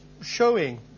showing